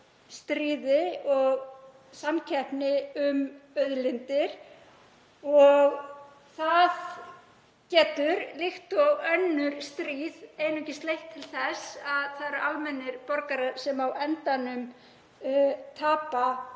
stríði og samkeppni um auðlindir. Það getur, líkt og önnur stríð, einungis leitt til þess að það eru almennir borgarar sem á endanum tapa